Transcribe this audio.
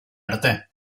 arte